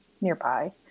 nearby